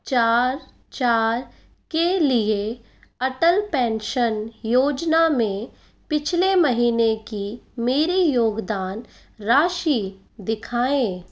चार चार के लिए अटल पेंशन योजना में पिछले महीने की मेरी योगदान राशि दिखाएँ